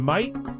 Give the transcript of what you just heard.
Mike